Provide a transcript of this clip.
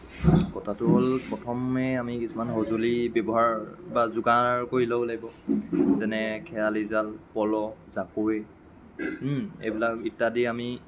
কথাটো হ'ল প্ৰথমে আমি কিছুমান সঁজুলি ব্যৱহাৰ বা যোগাৰ কৰি ল'ব লাগিব যেনে খেয়ালি জাল পল জাকৈ এইবিলাক ইত্যাদি আমি